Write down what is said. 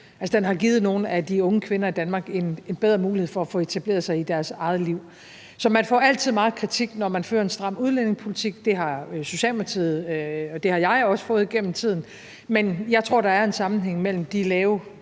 Den har givet nogle af de unge kvinder i Danmark en bedre mulighed for at få etableret sig i deres eget liv. Så man får altid meget kritik, når man fører en stram udlændingepolitik; det har Socialdemokratiet fået, og det har jeg også fået igennem tiden. Men jeg tror, at der er en sammenhæng mellem de lave